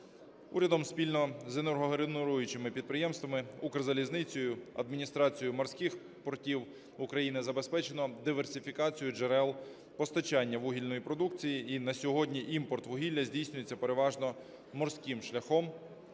Урядом, спільно з енергогенеруючими підприємствами, Укрзалізницею, Адміністрацією морських портів України, забезпечено диверсифікацію джерел постачання вугільної продукції, і на сьогодні імпорт вугілля здійснюється переважно морським шляхом.